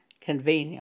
convenient